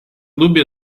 dubbio